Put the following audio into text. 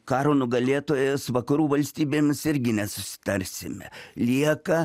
karo nugalėtojais vakarų valstybėmis irgi nesusitarsime lieka